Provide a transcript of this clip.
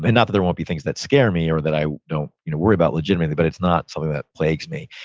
and not that there won't be things that scare me or that i worry you know worry about legitimately, but it's not something that plagues me.